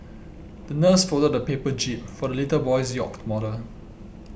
the nurse folded a paper jib for the little boy's yacht model